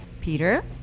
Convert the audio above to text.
Peter